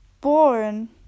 born